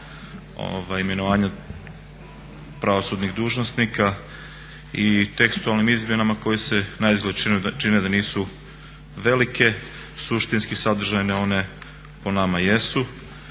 imenovanja pravosudnih dužnosnika i tekstualnim izmjenama koje se naizgled čine da nisu velike, suštinski sadržajne one po nama jesu.